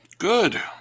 Good